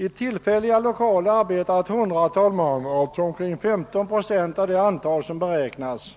I tillfälliga lokaler arbetar ett hundratal man, omkring 15 procent av det antal som beräknats.